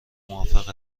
موافق